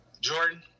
Jordan